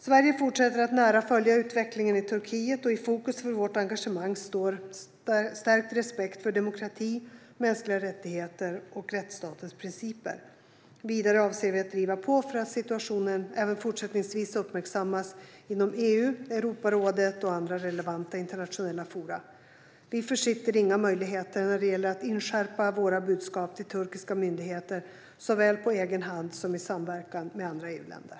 Sverige fortsätter att nära följa utvecklingen i Turkiet, och i fokus för vårt engagemang står stärkt respekt för demokrati, mänskliga rättigheter och rättsstatens principer. Vidare avser vi att driva på för att situationen även fortsättningsvis ska uppmärksammas inom EU, Europarådet och andra relevanta internationella forum. Vi försitter inga möjligheter när det gäller att inskärpa våra budskap till turkiska myndigheter, såväl på egen hand som i samverkan med andra EU-länder.